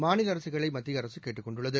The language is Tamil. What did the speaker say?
மாநில அரசுகளை மத்திய அரசு கேட்டுக் கொண்டுள்ளது